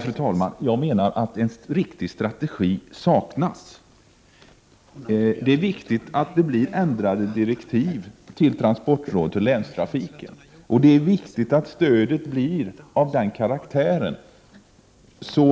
Fru talman! Jag menar att en riktig strategi saknas. Det är viktigt att det blir ändrade direktiv till transportrådet och länstrafiken, och det är viktigt att stödet blir av den karaktären